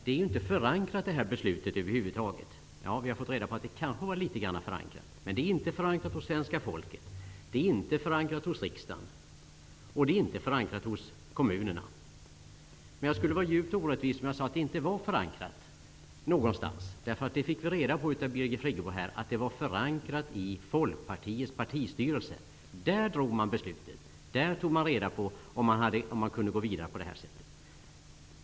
Beslutet är över huvud taget inte förankrat. Vi har fått reda på att det kanske var litet förankrat, men det är inte förankrat hos svenska folket, det är inte förankrat hos riksdagen, och det är inte förankrat hos kommunerna. Jag skulle vara djupt orättvis om jag sade att det inte var förankrat någonstans. Vi fick nämligen av Birgit Friggebo reda på att det var förankrat i Folkpartiets partistyrelse. Där redovisade man förslaget. Där tog man reda på om man kunde gå vidare på det här sättet.